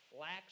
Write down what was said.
lacks